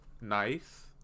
nice